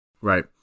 Right